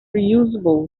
reusable